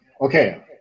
Okay